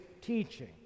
teaching